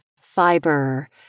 Fiber